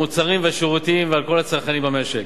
המוצרים והשירותים ועל כל הצרכנים במשק.